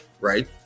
right